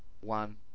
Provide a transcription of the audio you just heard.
one